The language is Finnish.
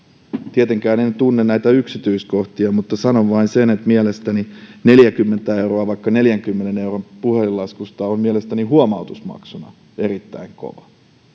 tietenkään en tunne näitä yksityiskohtia mutta sanon vain sen että neljäkymmentä euroa vaikkapa neljänkymmenen euron puhelinlaskusta on mielestäni huomautusmaksuna erittäin kova